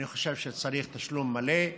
אני חושב שצריך תשלום מלא,